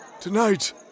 Tonight